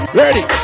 ready